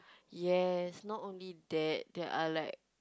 yes not only that there are like